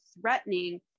threatening